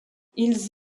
ils